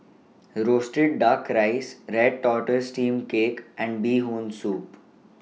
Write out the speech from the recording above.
Roasted Duck Rice Red Tortoise Steamed Cake and Bee Hoon Soup